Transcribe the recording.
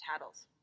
tattles